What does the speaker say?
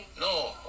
No